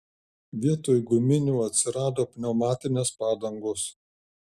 vietoj guminių atsirado pneumatinės padangos